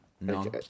No